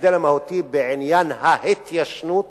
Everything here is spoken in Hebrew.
ההבדל המהותי הוא בעניין ההתיישנות